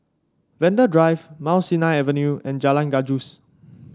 Vanda Drive Mount Sinai Avenue and Jalan Gajus